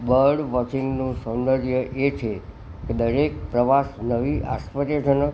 bird વોચિંગનું સૌંદર્ય એ છે કે દરેક પ્રવાસ નવી આશ્ચર્યજનક